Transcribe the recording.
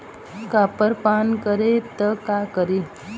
Copper पान करी त का करी?